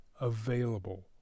available